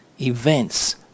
events